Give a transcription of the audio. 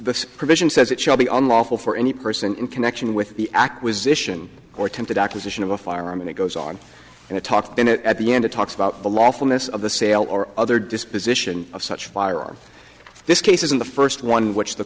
this provision says it shall be unlawful for any person in connection with the acquisition or attempted acquisition of a firearm and it goes on and it talked in it at the end it talks about the lawfulness of the sale or other disposition of such firearm this case isn't the first one which the